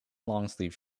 longsleeve